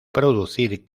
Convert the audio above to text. producir